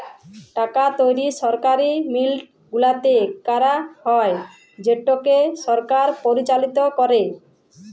টাকা তৈরি সরকারি মিল্ট গুলাতে ক্যারা হ্যয় যেটকে সরকার পরিচালিত ক্যরে